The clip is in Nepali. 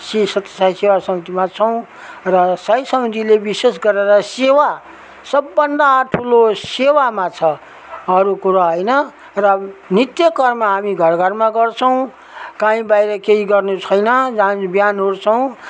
श्री सत्य साई समितिमा छौँ र साई समितिले विशेष गरेर सेवा सबभन्दा ठुलो सेवामा छ अरू कुरो होइन र नित्य कर्म हामी घर घरमा गर्छौँ कहीँ बाहिर केही गर्ने छैन जहाँ बिहान उठ्छौँ